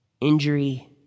Injury